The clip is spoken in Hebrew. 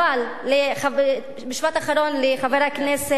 משפט אחרון לחבר הכנסת